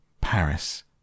Paris